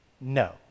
No